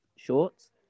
Shorts